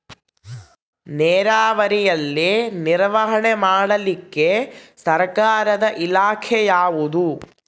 ನೇರಾವರಿಯಲ್ಲಿ ನಿರ್ವಹಣೆ ಮಾಡಲಿಕ್ಕೆ ಸರ್ಕಾರದ ಇಲಾಖೆ ಯಾವುದು?